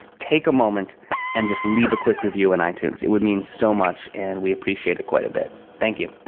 take a moment and just leave a quick review in itunes. it would mean so much and we appreciate it quite a bit. thank you.